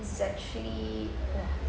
it's actually uh